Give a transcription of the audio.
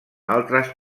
altres